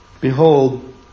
Behold